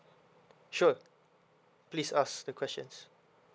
sure please ask the questions